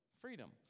freedom